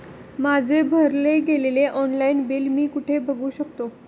माझे भरले गेलेले ऑनलाईन बिल मी कुठे बघू शकतो?